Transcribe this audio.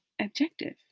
objective